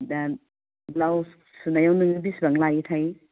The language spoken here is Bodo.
दा ब्लाउस सुनायाव नोङो बेसेबां लायोथाय